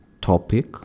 topic